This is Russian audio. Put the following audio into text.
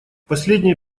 последние